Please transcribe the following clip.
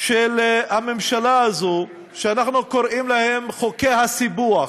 של הממשלה הזאת, שאנחנו קוראים להם חוקי הסיפוח,